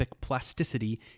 plasticity